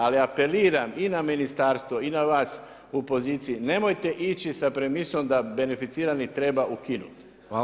Ali, apeliram i na ministarstvo i na vaš u opoziciji, nemojte ići sa premisom da beneficirani treba ukinuti.